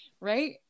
right